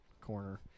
corner